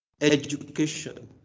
education